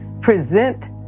present